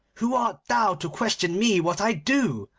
who art thou to question me what i do?